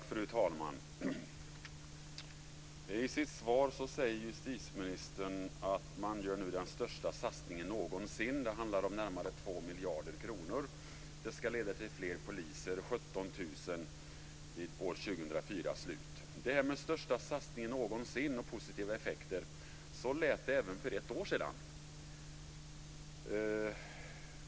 Fru talman! I sitt svar säger justitieministern att man nu gör den största satsningen någonsin. Det handlar om närmare 2 miljarder kronor. Det ska leda till fler poliser, 17 000 vid slutet av år 2004. Det talas om att det är den största satsningen någonsin och att det kommer att få positiva effekter. Så lät det även för ett år sedan.